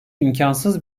imkansız